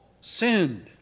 sinned